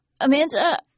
Amanda